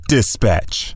Dispatch